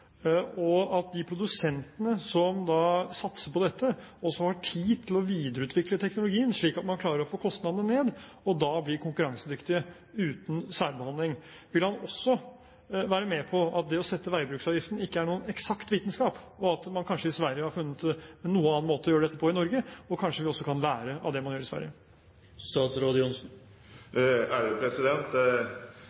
og at de produsentene som satser på dette, også har tid til å videreutvikle teknologien, slik at man klarer å få kostnadene ned og da blir konkurransedyktige uten særbehandling? Vil han også være med på at det å sette veibruksavgiften ikke er noen eksakt vitenskap, at man kanskje i Sverige har funnet en noe annen måte å gjøre dette på enn i Norge, og kanskje at vi også kan lære av det man gjør i Sverige?